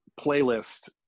playlist